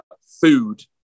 food